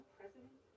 President